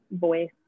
voice